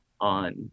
on